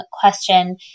question